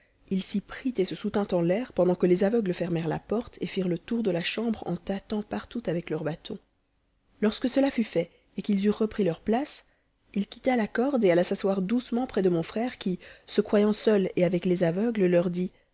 it s'y prit et se soutint en l'air pendant que les aveugles fermèrent la porte et firent le tour de la chambre en tâtant partout avec leurs bâtons lorsque ce a fut fait et qu'ils eurent repris leur place il quitta la corde et alla s'asseoir doucement près de mon frère qui se croyant seul et avec les aveugles leur dit